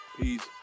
Peace